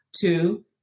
Two